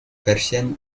version